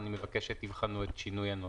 אני מבקש שתבחנו את שינוי הנוסח.